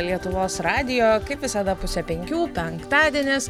lietuvos radijo kaip visada pusę penkių penktadienis